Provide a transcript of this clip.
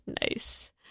Nice